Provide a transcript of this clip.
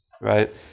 right